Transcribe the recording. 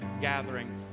gathering